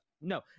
No